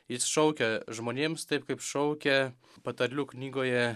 jis šaukia žmonėms taip kaip šaukia patarlių knygoje